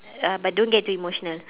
uh but don't get too emotional